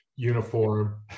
uniform